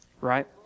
Right